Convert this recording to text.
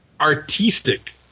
Artistic